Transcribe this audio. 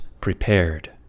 prepared